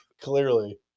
Clearly